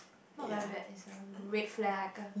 not very bad it's a red flag